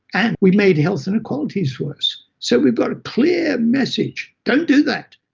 and we made health inequalities worse. so we've got a clear message don't do that,